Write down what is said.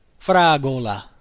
Fragola